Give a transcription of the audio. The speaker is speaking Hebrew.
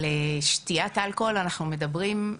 על שתיית אלכוהול אנחנו מדברים,